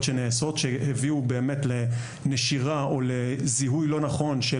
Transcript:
שנעשות שהביאו באמת לנשירה או לזיהוי לא נכון של